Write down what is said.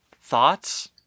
thoughts